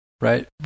right